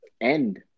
end